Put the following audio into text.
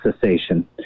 cessation